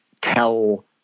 tell